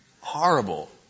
horrible